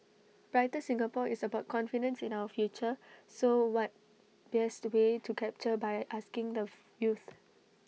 brighter Singapore is about confidence in our future so what best way to capture by asking the youth